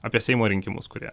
apie seimo rinkimus kurie